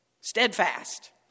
steadfast